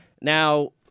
Now